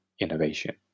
innovation